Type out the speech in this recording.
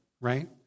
right